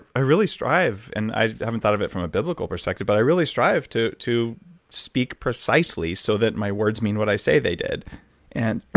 i really strive, and i haven't thought of it from a biblical perspective, but i really strive to to speak precisely so that my words mean what i say they did. eight